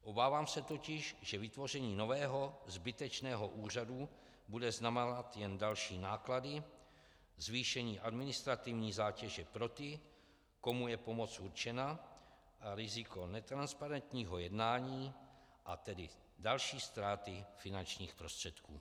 Obávám se totiž, že vytvoření nového zbytečného úřadu bude znamenat jen další náklady, zvýšení administrativní zátěže pro ty, komu je pomoc určena, a riziko netransparentního jednání a tedy další ztráty finančních prostředků.